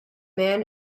man